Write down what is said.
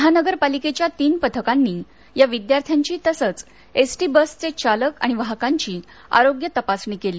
महानगरपालिकेच्या तीन पथकांनी या विद्यार्थ्यांची तसच एस टी बसचे चालक आणि वाहकांची आरोग्य तपासणी केली